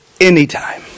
anytime